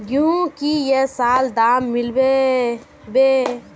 गेंहू की ये साल दाम मिलबे बे?